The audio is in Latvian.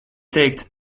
teikt